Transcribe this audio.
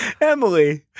Emily